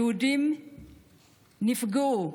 היהודים נפגעו,